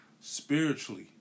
spiritually